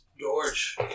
George